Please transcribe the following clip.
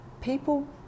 People